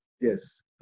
Yes